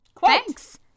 thanks